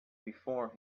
before